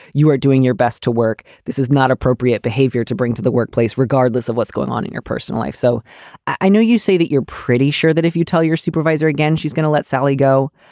you are doing your best to work. this is not appropriate behavior to bring to the workplace regardless of what's going on in your personal life. so i know you say that you're pretty sure that if you tell your supervisor again, she's going to let sally go